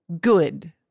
good